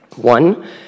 One